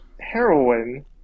heroin